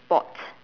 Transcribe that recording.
sports